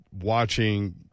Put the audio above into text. watching